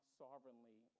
sovereignly